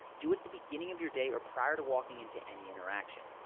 do it it the beginning of your day or prior to walking into any interaction.